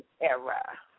Era